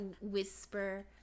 whisper